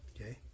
okay